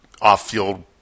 off-field